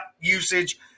usage